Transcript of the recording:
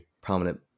prominent